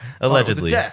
allegedly